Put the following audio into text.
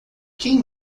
quem